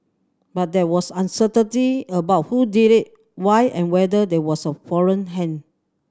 but there was uncertainty about who did it why and whether there was a foreign hand